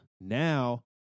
Now